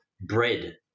bread